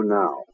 now